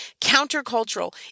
Countercultural